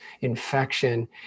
infection